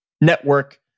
network